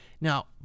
Now